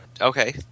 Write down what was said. okay